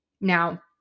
Now